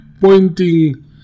pointing